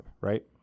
Right